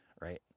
right